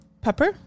Pepper